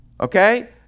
Okay